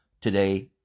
today